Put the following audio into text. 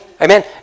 Amen